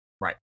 Right